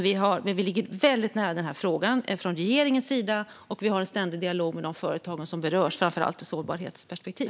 Vi ligger väldigt nära den här frågan från regeringens sida, och vi har en ständig dialog med de företag som berörs, framför allt i ett sårbarhetsperspektiv.